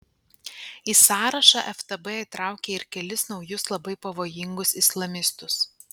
į sąrašą ftb įtraukė ir kelis naujus labai pavojingus islamistus